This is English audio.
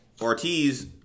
Ortiz